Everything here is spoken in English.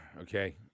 okay